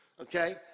okay